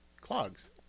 Clogs